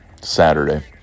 Saturday